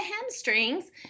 hamstrings